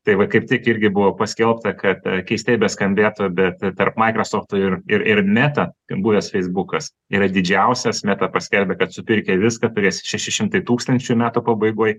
tai va kaip tik irgi buvo paskelbta kad keistai beskambėtų bet tarp maikrosofto ir ir ir meta ten buvęs feisbukas yra didžiausias meta paskelbia kad supirkę viską pries šeši šimtai tūkstančių metų pabaigoj